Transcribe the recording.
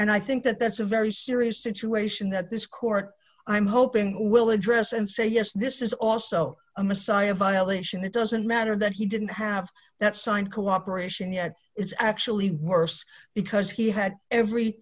and i think that that's a very serious situation that this court i'm hoping will address and say yes this is also a messiah violation it doesn't matter that he didn't have that signed cooperation yet it's actually worse because he had every